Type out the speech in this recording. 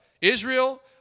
Israel